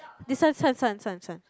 this one this one this one this one